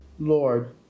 Lord